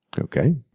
Okay